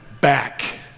back